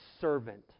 servant